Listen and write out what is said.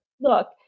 Look